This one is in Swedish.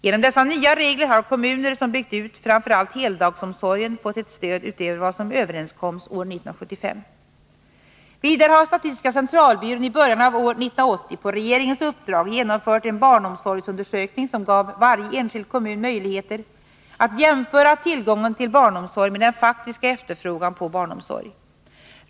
Genom dessa nya regler har kommuner som byggt ut framför allt heldagsomsorgen fått ett stöd utöver vad som överenskoms år 1975. Vidare har statistiska centralbyrån i början av år 1980 på regeringens uppdrag genomfört en barnomsorgsundersökning som gav varje enskild kommun möjligheter att jämföra tillgången till barnomsorg med den faktiska efterfrågan på barnomsorg.